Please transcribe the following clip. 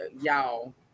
Y'all